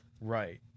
Right